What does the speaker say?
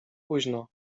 późno